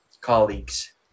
colleagues